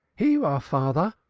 here you are, father,